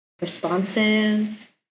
responsive